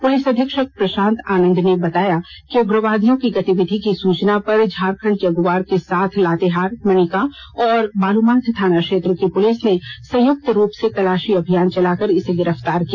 police अधीक्षक प्रशांत आनंद ने बताया कि उग्रवादियों के गतिविधि की सूचना पर झारखंड जगुआर के साथ लातेहार मनिका और बालूमाथ थाना क्षेत्र की पुलिस ने संयुक्त रूप से तलाशी अभियान चलाकर इसे गिरफ्तार किया